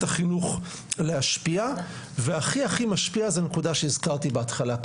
החינוך להשפיע והכי הכי משפיע זה נקודה שהזכרתי בהתחלה,